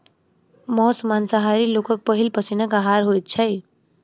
मौस मांसाहारी लोकक पहिल पसीनक आहार होइत छै